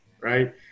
right